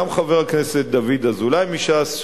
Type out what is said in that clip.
גם חבר הכנסת דוד אזולאי מש"ס,